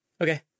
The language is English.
Okay